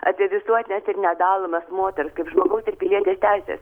apie visuotines ir nedalomas moters kaip žmogaus ir pilietė teises